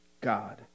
God